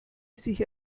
sich